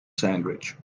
sandwich